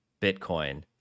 bitcoin